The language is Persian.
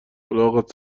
الاغت